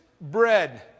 bread